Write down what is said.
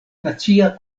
nacia